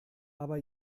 aber